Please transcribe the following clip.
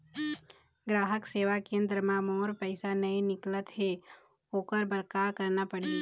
ग्राहक सेवा केंद्र म मोर पैसा नई निकलत हे, ओकर बर का करना पढ़हि?